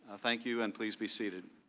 ah thank you, and please be seated.